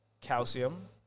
Calcium